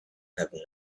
have